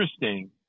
interesting